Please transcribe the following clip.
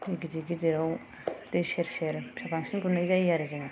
खम गिदिर गिदिराव दै सेर सेर बांसिन गुरनाय जायो आरो जोङो